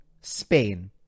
Spain